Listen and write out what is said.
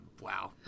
wow